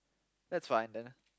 that's fine then